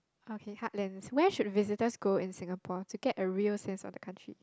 okay heartlands where should visitors go in Singapore to get a real sense of the country